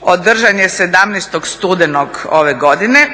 održan je 17. studenog ove godine.